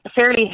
fairly